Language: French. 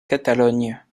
catalogne